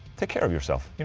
take care of yourself,